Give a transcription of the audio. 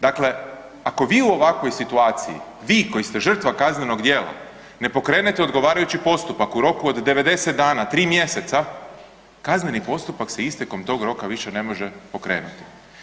Dakle, ako vi u ovakvoj situaciji, vi koji ste žrtva kaznenog djela ne pokrenete odgovarajući postupak u roku od 90 dana, tri mjeseca, kazneni postupak se istekom tog roka više ne može pokrenuti.